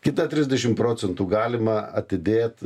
kitą trisdešim procentų galima atidėt